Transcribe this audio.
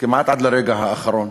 כמעט עד לרגע האחרון,